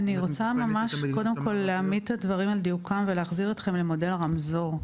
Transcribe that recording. אני רוצה להעמיד את הדברים על דיוקם ולהחזיר אתכם למודל הרמזור.